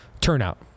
turnout